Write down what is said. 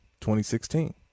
2016